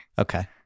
Okay